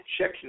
check